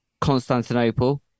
Constantinople